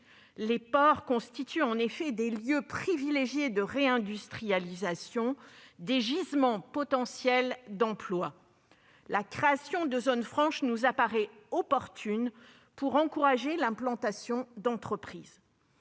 les ports constituent en effet des lieux privilégiés de réindustrialisation, des gisements potentiels d'emplois. La création de zones franches nous apparaît opportune pour encourager l'implantation d'entreprises.